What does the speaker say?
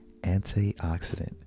antioxidant